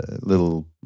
little